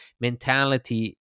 mentality